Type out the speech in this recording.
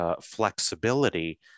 flexibility